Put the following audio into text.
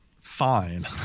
fine